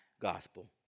gospel